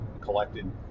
collected